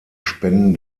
spenden